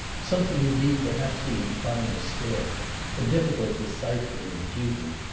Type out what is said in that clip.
something indeed perhaps even finer still a difficult deciphering of duty,